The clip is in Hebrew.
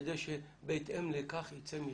כדי שבהתאם לכך ייצא מכרז.